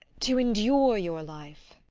to endure your life.